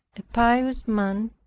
a pious man,